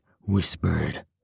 whispered